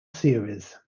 series